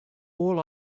all